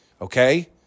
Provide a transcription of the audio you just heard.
Okay